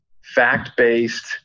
fact-based